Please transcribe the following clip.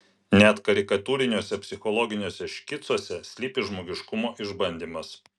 net karikatūriniuose psichologiniuose škicuose slypi žmogiškumo išbandymas